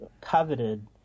coveted